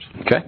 Okay